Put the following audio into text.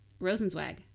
Rosenzweig